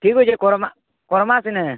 ଠିକ୍ ଅଛେ କର୍ମା କର୍ମା ସିନେ